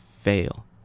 fail